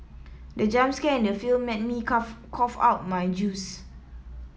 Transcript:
the jump scare in the film made me cough cough out my juice